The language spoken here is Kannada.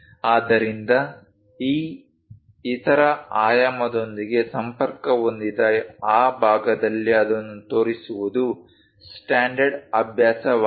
ಆದ್ದರಿಂದ ಈ ಇತರ ಆಯಾಮದೊಂದಿಗೆ ಸಂಪರ್ಕ ಹೊಂದಿದ ಆ ಭಾಗದಲ್ಲಿ ಅದನ್ನು ತೋರಿಸುವುದು ಸ್ಟ್ಯಾಂಡರ್ಡ್ ಅಭ್ಯಾಸವಾಗಿದೆ